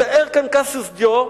מתאר כאן קסיוס דיו,